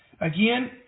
again